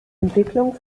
entwicklung